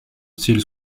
style